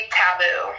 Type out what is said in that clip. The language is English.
taboo